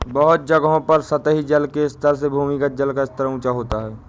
बहुत जगहों पर सतही जल के स्तर से भूमिगत जल का स्तर ऊँचा होता है